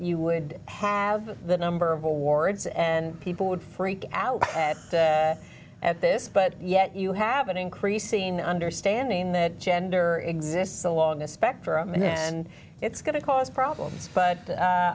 you would have the number of awards and people would freak out at this but yet you have an increasing understanding that gender exists along a spectrum and it's going to cause problems but